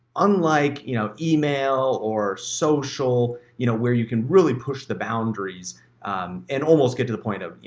unlike, you know, email or social, you know, where you can really push the boundaries and almost get to the point of, you